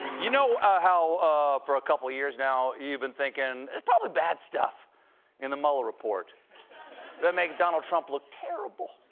you know, how for a couple of years you've been thinking, there's probably bad stuff in the mueller report that makes donald trump look terrible.